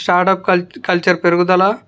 startup culture పెరుగుదల